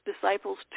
disciples